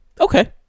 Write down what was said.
okay